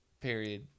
period